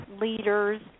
leaders